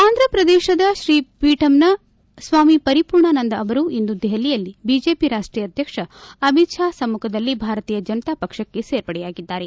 ಆಂಧ್ರ ಪ್ರದೇಶದ ಶ್ರೀಪೀಠಂನ ಸ್ವಾಮಿ ಪರಿಪೂರ್ಣಾನಂದ ಅವರು ಇಂದು ದೆಹಲಿಯಲ್ಲಿ ಬಿಜೆಪಿ ರಾಷ್ಟೀಯ ಅಧ್ಯಕ್ಷ ಅಮಿತ್ ಶಾ ಸಮ್ಜುಖದಲ್ಲಿ ಭಾರತೀಯ ಜನತಾಪಕ್ಷ ಸೇರ್ಪಡೆಯಾಗಿದ್ದಾರೆ